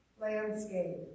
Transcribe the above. landscape